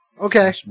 Okay